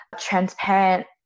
transparent